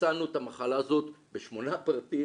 מצאנו את המחלה הזאת בשמונה פרטים.